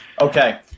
Okay